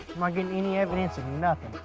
like getting any evidence of nothing.